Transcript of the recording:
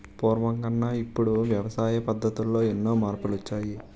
పూర్వకన్నా ఇప్పుడు వ్యవసాయ పద్ధతుల్లో ఎన్ని మార్పులొచ్చాయో